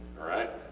alright.